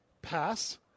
pass